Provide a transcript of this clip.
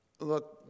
look